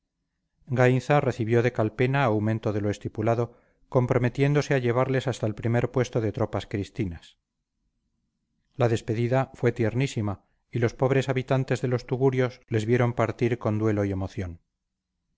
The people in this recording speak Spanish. gainza recibió de calpena aumento de lo estipulado comprometiéndose a llevarles hasta el primer puesto de tropas cristinas la despedida fue tiernísima y los pobres habitantes de los tugurios les vieron partir con duelo y emoción